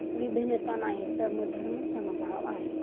विभिन्नता नाही समधर्मसमभाव आहे